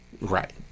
Right